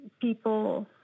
People